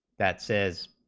that says